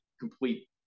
complete